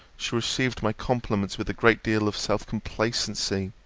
she received my compliments with a great deal of self-complacency.